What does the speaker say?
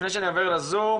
לפני שאני עובר לזום,